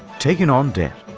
taking on debt.